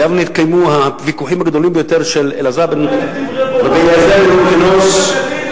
ביבנה התקיימו הוויכוחים הגדולים ביותר של רבי אליעזר בן הורקנוס,